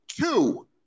Two